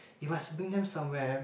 you must bring them somewhere